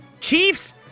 chiefs